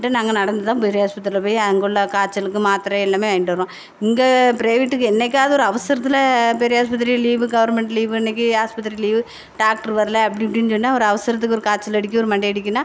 அப்படின்ட்டு நாங்கள் நடந்து தான் பெரியாஸ்பத்திரியில் போய் அங்கே உள்ள காய்ச்சலுக்கு மாத்திர எல்லாமே வாங்கிட்டு வருவோம் இங்கே ப்ரைவேட்டுக்கு என்றைக்காவது ஒரு அவசரத்தில் பெரியாஸ்பத்திரி லீவு கவர்மெண்ட் லீவு அன்னைக்கு ஹாஸ்பத்திரி லீவு டாக்ட்ரு வரல அப்படி இப்படின்னு சொன்னால் ஒரு அவசரத்துக்கு ஒரு காய்ச்சலடிக்கும் ஒரு மண்டையடிக்குன்னா